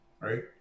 right